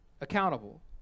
accountable